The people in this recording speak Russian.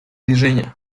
движения